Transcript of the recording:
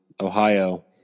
Ohio